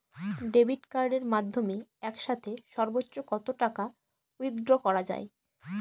Debit কার্ডের মাধ্যমে একসাথে সর্ব্বোচ্চ কত টাকা উইথড্র করা য়ায়?